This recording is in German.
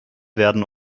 werden